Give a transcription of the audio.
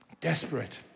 Desperate